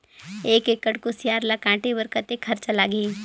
एक एकड़ कुसियार ल काटे बर कतेक खरचा लगही?